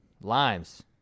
limes